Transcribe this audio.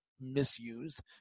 misused